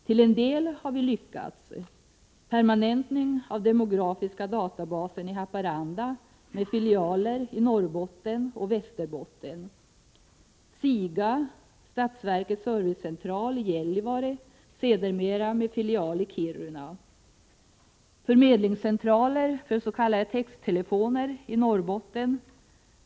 Till en del har vi lyckats: permanentning av demografiska databasen i Haparanda med filialer i Norrbotten och Västerbotten, SIGA, statsverkets servicecentral i Gällivare, sedermera med filial i Kiruna, förmedlingscentraler för s.k. texttelefoner i Norrbotten.